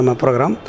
program